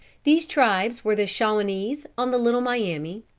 these tribes were the shawanese on the little miami,